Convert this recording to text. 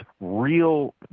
real